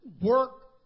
work